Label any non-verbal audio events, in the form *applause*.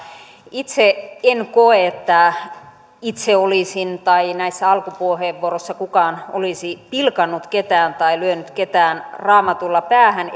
itse en koe että itse olisin tai näissä alkupuheenvuoroissa kukaan olisi pilkannut ketään tai lyönyt ketään raamatulla päähän *unintelligible*